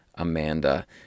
Amanda